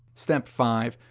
step five.